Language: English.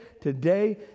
today